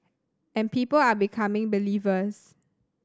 and people are becoming believers